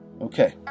Okay